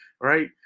right